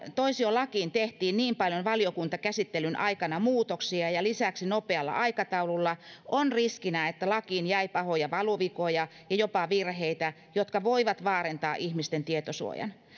toisiolakiin tehtiin niin paljon valiokuntakäsittelyn aikana muutoksia ja ja lisäksi nopealla aikataululla on riskinä että lakiin jäi pahoja valuvikoja ja jopa virheitä jotka voivat vaarantaa ihmisten tietosuojan